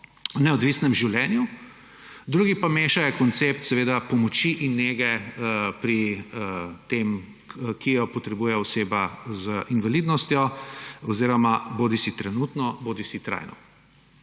o neodvisnem življenju, drugi pa mešajo koncept pomoči in nege, ki jo potrebuje oseba z invalidnostjo, bodisi trenutno bodisi trajno.